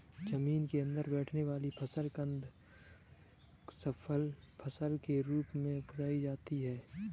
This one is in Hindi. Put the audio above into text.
जमीन के अंदर बैठने वाली फसल कंद फसल के रूप में उपजायी जाती है